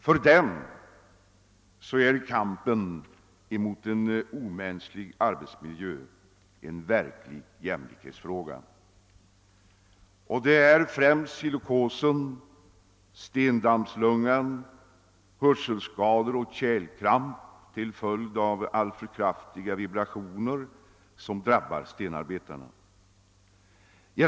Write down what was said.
För dem är kampen mot en omänsklig arbetsmiljö en verklig jämlikhetsfråga. Det är främst silikosen, stendammlungan, hörselskador och kärlkramp till följd av alltför kraftiga vibrationer som drabbar stenarbetarna.